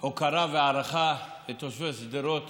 הוקרה והערכה לתושבי שדרות